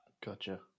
Gotcha